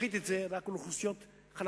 להפחית את זה רק לאוכלוסיות חלשות.